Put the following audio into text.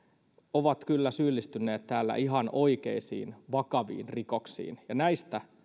ovat kyllä syyllistyneet täällä ihan oikeisiin vakaviin rikoksiin ja näistä